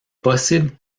possible